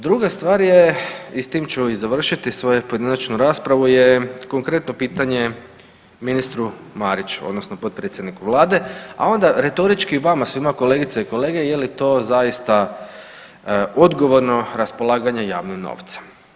Druga stvar je i s tim ću i završiti svoju pojedinačnu raspravu je konkretno pitanje ministru Mariću odnosno potpredsjedniku vlade, a onda retorički i vama svima kolegice i kolege je li to zaista odgovorno raspolaganje javnim novcem?